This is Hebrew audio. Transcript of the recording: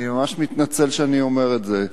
אני ממש מתנצל שאני אומר את זה.